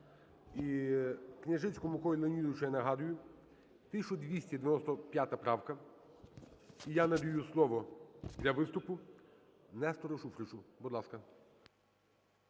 І Княжицькому Миколі Леонідовичу я нагадую: 1295 правка. І я надаю слово для виступу Нестору Шуфричу. Будь ласка.